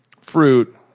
fruit